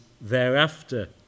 thereafter